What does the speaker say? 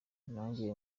nanjye